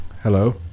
Hello